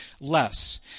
less